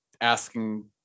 asking